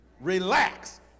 relax